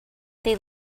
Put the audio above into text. they